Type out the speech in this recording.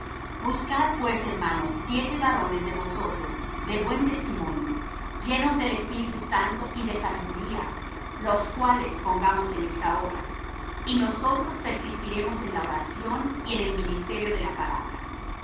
buscad pues hermanos siete varones de vosotros de buen testimonio llenos de espíritu santo y de sabiduría los cuales pongamos en esta obra y nosotros persistiremos en la oración y en el ministerio de la palabra